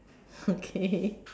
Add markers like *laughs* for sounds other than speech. okay *laughs*